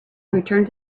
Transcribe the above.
returned